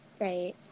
Right